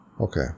Okay